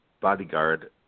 bodyguard